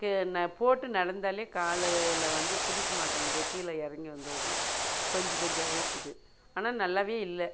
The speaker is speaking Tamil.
கே போட்டு நடந்தாலே காலில் வந்து பிடிக்க மாட்டேனுது கீழே இறங்கி வந்துடுது பஞ்சு பஞ்சாகவே இருக்கிது ஆனால் நல்லாவே இல்லை